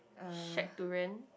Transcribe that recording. shack to rent